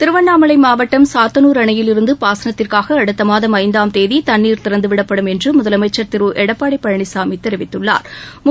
திருவண்ணாமலை மாவட்டம் சாத்தனூர் அனையில் இருந்து பாசனத்திற்காக அடுத்த மாதம் ஐந்தாம் தேதி தண்ணீர் திறந்துவிடப்படும் என்று முதலமைச்சர் திரு எடப்பாடி பழனிசாமி தெரிவித்துள்ளாா்